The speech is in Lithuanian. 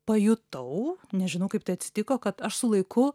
pajutau nežinau kaip tai atsitiko kad aš su laiku